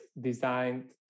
designed